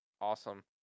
Awesome